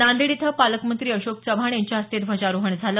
नांदेड इथं पालकमंत्री अशोक चव्हाण यांच्या हस्ते ध्वजारोहण झालं